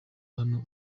hano